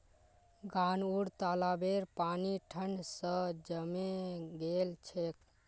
गांउर तालाबेर पानी ठंड स जमें गेल छेक